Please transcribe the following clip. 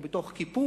או בתוך קיפוח,